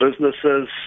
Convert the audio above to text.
businesses